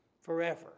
forever